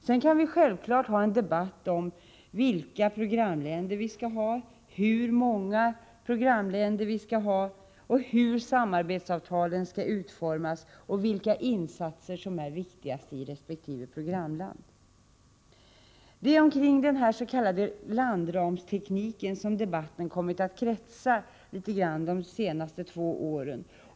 Sedan kan vi självfallet ha en debatt om antalet programländer, om vilka dessa programländer skall vara, om hur samarbetsavtalen skall utformas och om vilka insatser som är viktigast i resp. programland. Det är kring denna s.k. landramsteknik som debatten litet grand kommit att kretsa de senaste två åren.